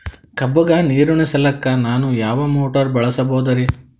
ಕಬ್ಬುಗ ನೀರುಣಿಸಲಕ ನಾನು ಯಾವ ಮೋಟಾರ್ ಬಳಸಬಹುದರಿ?